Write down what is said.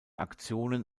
aktionen